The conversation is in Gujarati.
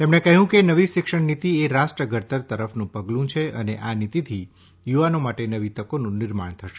તેમણે કહ્યું કે નવી શિક્ષણ નીતી એ રાષ્ટ્ર ઘડતર તરફનું પગલું છે અને આ નીતિથી યુવાનો માટે નવી તકોનું નિર્માણ થશે